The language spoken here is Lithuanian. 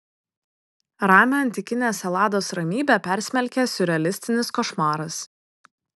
ramią antikinės elados ramybę persmelkia siurrealistinis košmaras